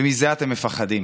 ומזה אתם מפחדים,